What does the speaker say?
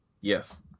Yes